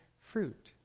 fruit